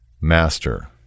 Master